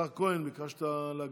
השר כהן, ביקשת להגיב.